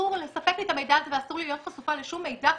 אסור לספק לי את המידע הזה ואסור לי להיות חשופה לשום מידע.